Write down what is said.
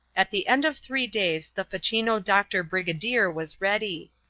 at the end of three days the facchino-doctor-brigadier was ready.